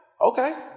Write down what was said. Okay